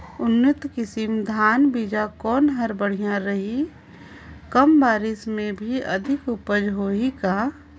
उन्नत किसम धान बीजा कौन हर बढ़िया रही? कम बरसात मे भी अधिक उपज होही का?